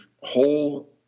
whole